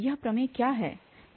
यह प्रमेय क्या है